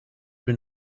been